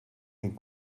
kien